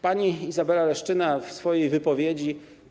Pani Izabela Leszczyna w swojej wypowiedzi.